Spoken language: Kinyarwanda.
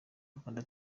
rwanda